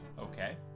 Okay